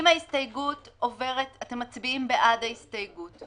אם ההסתייגות עוברת, אתם מצביעים בעד ההסתייגות.